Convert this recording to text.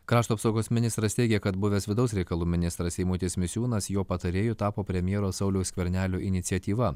krašto apsaugos ministras teigia kad buvęs vidaus reikalų ministras eimutis misiūnas jo patarėju tapo premjero sauliaus skvernelio iniciatyva